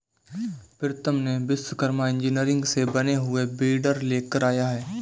प्रीतम ने विश्वकर्मा इंजीनियरिंग से बने हुए वीडर लेकर आया है